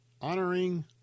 honoring